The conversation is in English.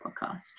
podcast